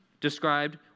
described